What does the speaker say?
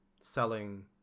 selling